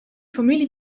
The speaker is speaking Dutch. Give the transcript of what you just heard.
familie